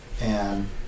and-